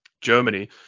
germany